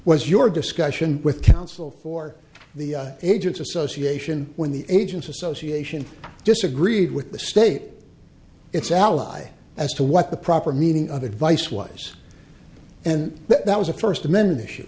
was your discussion with counsel for the agents association when the agents association disagreed with the state its allies as to what the proper meaning of advice was and that was a first amendment issue